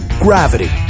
gravity